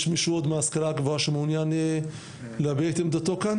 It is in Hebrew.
יש מישהו עוד מההשכלה הגבוהה שמעוניין להביע את עמדתו כאן?